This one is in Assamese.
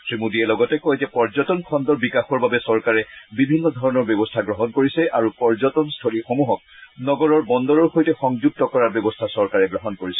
শ্ৰীমোদীয়ে লগতে কয় যে পৰ্যটন খণ্ডৰ বিকাশৰ বাবে চৰকাৰে বিভিন্নধৰণৰ ব্যৱস্থা গ্ৰহণ কৰিছে আৰু পৰ্যটনস্থলীসমূহক নগৰৰ বন্দৰৰ সৈতে সংযুক্ত কৰাৰ ব্যৱস্থা চৰকাৰে গ্ৰহণ কৰিছে